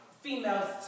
females